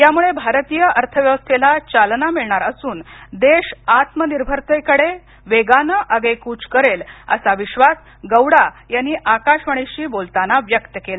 यामुळे भारतीय अर्थव्यवस्थेला चालना मिळणार असून देश आत्मनिर्भरतेकडे वेगाने आगेकूच करेल असा विश्वास गौडा यांनी आकाशवाणीशी बोलताना व्यक्त केला